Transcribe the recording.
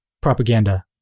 propaganda